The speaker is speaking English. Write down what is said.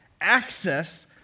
access